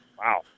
Wow